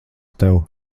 tev